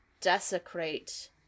desecrate